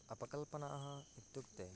अपकल्पनाः इत्युक्ते